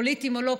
פוליטיים או לא,